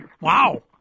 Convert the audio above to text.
Wow